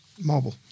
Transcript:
marble